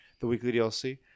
theweeklydlc